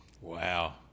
Wow